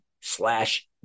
slash